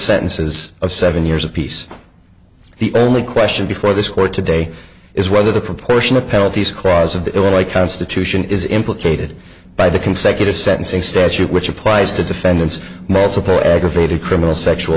sentences of seven years apiece the only question before this court today is whether the proportion of penalties cries a bit when i constitution is implicated by the consecutive sentencing statute which applies to defendants multiple aggravated criminal sexual